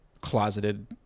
closeted